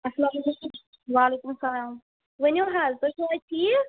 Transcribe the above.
اَسلام علیکُم وعلیکُم السلام ؤنِو حظ تُہۍ چھُو حظ ٹھیٖک